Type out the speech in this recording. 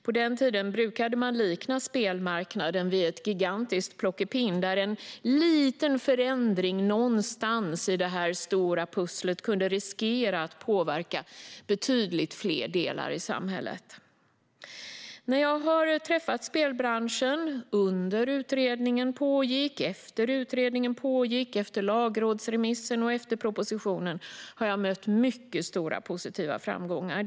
På den tiden brukade man likna spelmarknaden vid ett gigantiskt plockepinn, där en liten förändring någonstans i det stora pusslet riskerade att påverka betydligt fler delar i samhället. När jag har träffat spelbranschen, medan utredningen pågick, efter det att den avslutats och efter lagrådsremissen och propositionen, har jag mött mycket positiva tongångar.